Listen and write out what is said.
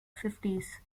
fifties